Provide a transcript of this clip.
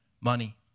money